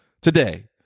today